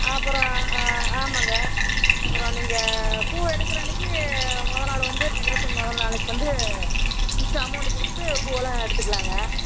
அப்புறோம் ஆ ஆமாங்க அப்புறோம் நீங்கள் பூவை எடுக்கிற அன்னைக்கி மொதல் நாள் வந்து டெக்கரேஷன் மொதல் நாளைக்கு வந்து மிச்ச அமவுண்டை கொடுத்துட்டு பூவெல்லாம் எடுத்துக்கலாங்க